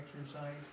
exercise